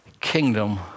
kingdom